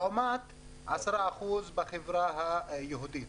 לעומת 10% בחברה היהודית.